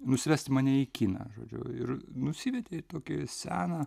nusivesti mane į kiną žodžiu ir nusivedė į tokį seną